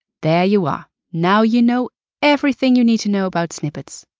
there you are, now you know everything you need to know about snippets.